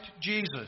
Jesus